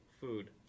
food